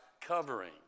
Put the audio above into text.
covering